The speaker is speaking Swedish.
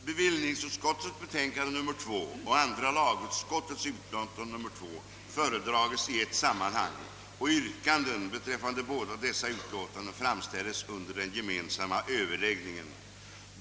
Bevillningsutskottets betänkande nr 2 och andra lagutskottets utlåtande nr 2 föredrages i ett sammanhang och yrkanden beträffande båda dessa utlåtanden framställes under den gemensamma överläggningen.